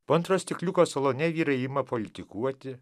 po antro stikliuko salone vyrai ima politikuoti